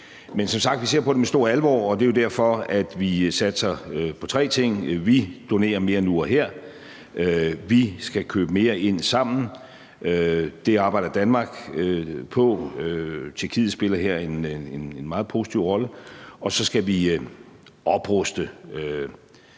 Men som sagt: Vi ser på det med stor alvor, og det er jo derfor, at vi satser på tre ting. Vi donerer mere nu og her. Vi skal købe mere ind sammen. Det arbejder Danmark på. Tjekkiet spiller her en meget positiv rolle. Og så skal vi opruste;